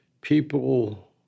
people